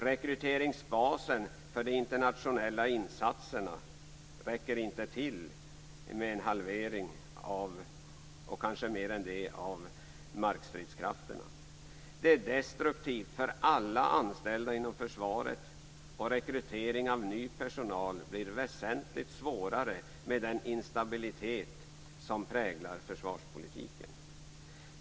Rekryteringsbasen för de internationella insatserna räcker inte till med en halvering, och kanske mer än det, av markstridskrafterna. Det är destruktivt för alla anställda inom försvaret. Rekrytering av ny personal blir också väsentligt svårare med den instabilitet som präglar försvarspolitiken.